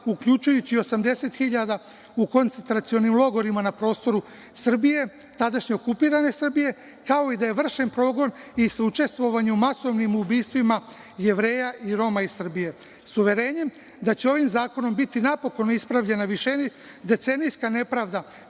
uključujući i 80.000 u koncentracionim logorima na prostoru Srbije, tadašnje okupirane Srbije, kao i da je vršen progon i sa učestvovanjem u masovnim ubistvima Jevreja i Roma iz Srbije. Sa uverenjem da će ovim zakonom biti napokon ispravljena višedecenijska nepravda